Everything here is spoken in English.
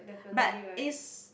but is